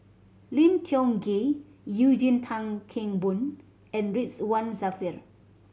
Lim Kiong Ghee Eugene Tan Kheng Boon and Ridzwan Dzafir